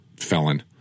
felon